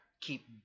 keep